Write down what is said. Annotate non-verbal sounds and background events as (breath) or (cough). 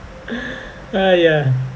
(breath) uh ya